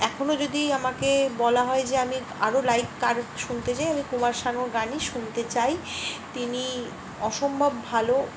এখনো যদি আমাকে বলা হয় যে আমি আরও লাইভ কার শুনতে চাই আমি কুমার শানুর গানই শুনতে চাই তিনি অসম্ভব ভালো